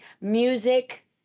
music